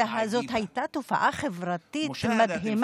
זאת הייתה תופעה חברתית מדהימה.